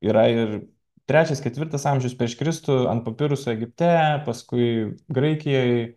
yra ir trečias ketvirtas amžiaus prieš kristų ant papiruso egipte paskui graikijoj